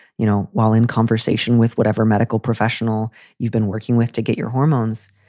you know, while in conversation with whatever medical professional you've been working with to get your hormones,